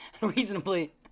reasonably